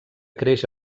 creix